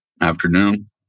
afternoon